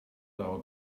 out